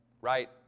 right